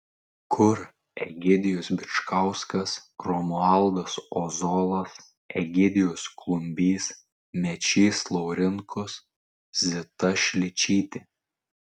kur egidijus bičkauskas romualdas ozolas egidijus klumbys mečys laurinkus zita šličytė